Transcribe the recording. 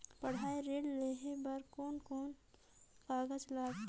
पढ़ाई ऋण लेहे बार कोन कोन कागज लगथे?